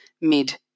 mid